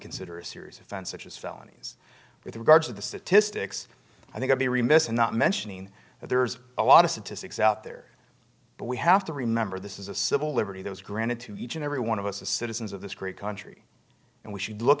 consider a serious offense such as felonies with regard to the statistics i think i'd be remiss in not mentioning that there's a lot of statistics out there but we have to remember this is a civil liberty that was granted to each and every one of us as citizens of this great country and we should look